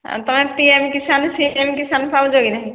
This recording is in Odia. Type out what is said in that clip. ତୁମେ T M Kisan C M Kisan ପାଉଛ କି ନାହିଁ